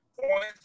points